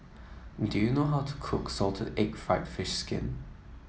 do you know how to cook Salted Egg fried fish skin